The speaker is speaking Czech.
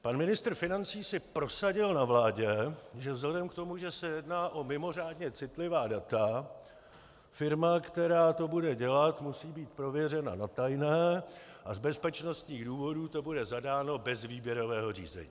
Pan ministr financí si prosadil na vládě, že vzhledem k tomu, že se jedná o mimořádně citlivá data, firma, která to bude dělat, musí být prověřena na tajné a z bezpečnostních důvodů to bude zadáno bez výběrového řízení.